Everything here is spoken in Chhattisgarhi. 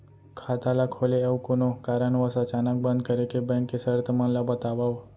खाता ला खोले अऊ कोनो कारनवश अचानक बंद करे के, बैंक के शर्त मन ला बतावव